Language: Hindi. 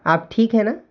आप ठीक है ना